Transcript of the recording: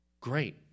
Great